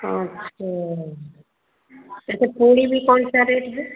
अच्छा जैसे पूरी भी कौन सा रेट है